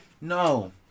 No